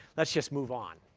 let's just move on.